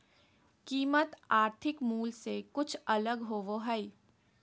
कीमत आर्थिक मूल से कुछ अलग होबो हइ